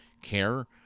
care